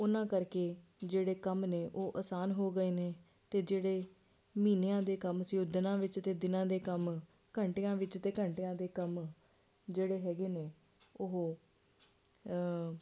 ਉਹਨਾਂ ਕਰਕੇ ਜਿਹੜੇ ਕੰਮ ਨੇ ਉਹ ਆਸਾਨ ਹੋ ਗਏ ਨੇ ਅਤੇ ਜਿਹੜੇ ਮਹੀਨਿਆਂ ਦੇ ਕੰਮ ਸੀ ਉਹ ਦਿਨਾਂ ਵਿੱਚ ਅਤੇ ਦਿਨਾਂ ਦੇ ਕੰਮ ਘੰਟਿਆਂ ਵਿੱਚ ਅਤੇ ਘੰਟਿਆਂ ਦੇ ਕੰਮ ਜਿਹੜੇ ਹੈਗੇ ਨੇ ਉਹ